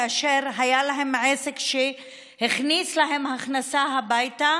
כאשר היה להם העסק שהכניס להם הכנסה הביתה